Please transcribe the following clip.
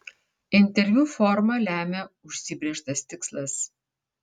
interviu formą lemia užsibrėžtas tikslas